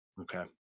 okay